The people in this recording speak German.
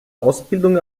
ausbildung